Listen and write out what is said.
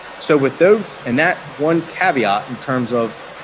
so, with those and that one caveat in terms of